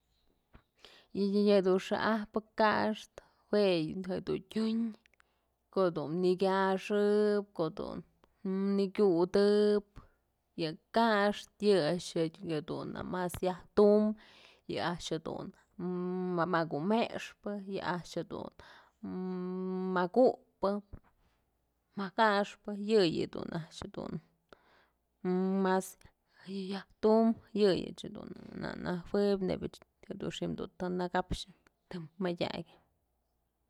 Yëdun xa'ajpë kaxtë juë yëdun tyun ko'o dun nëkyaxëp, ko'o dun nëkyutëp yë kaxtë yë a'ax jedun mas yajtum yë a'ax jedun makumexpë a'ax jedun makupë makaxpë yëyë a'ax dun mas yajtum yëyëch dun na najueb nebyëch xi'im dun të nëkapxyë të mëdyakyë.